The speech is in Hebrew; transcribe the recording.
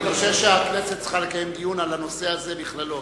אני חושב שהכנסת צריכה לקיים דיון על הנושא הזה בכללו.